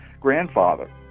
grandfather